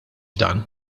dan